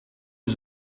eus